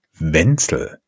Wenzel